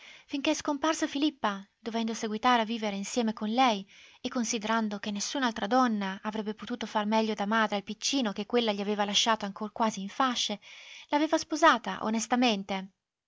finché scomparsa filippa dovendo seguitare a vivere insieme con lei e considerando che nessun'altra donna avrebbe potuto far meglio da madre al piccino che quella gli aveva lasciato ancor quasi in fasce l'aveva sposata onestamente